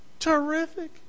terrific